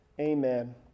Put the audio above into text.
Amen